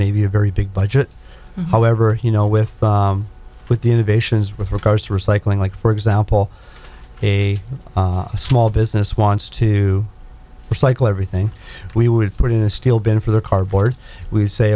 maybe a very big budget however you know with with the innovations with regards to recycling like for example a small business wants to recycle everything we would put in a steel been for the cardboard we'd say